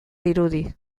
dirudi